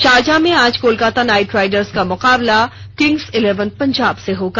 Sharjah में आज Kolkata knight riders का मुकाबला किंग्स इलेवन पंजाब से होगा